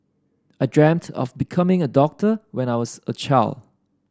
I dreamt of becoming a doctor when I was a child